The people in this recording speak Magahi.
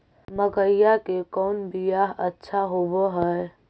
मकईया के कौन बियाह अच्छा होव है?